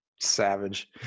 savage